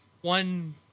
One